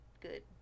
good